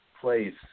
place